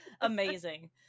Amazing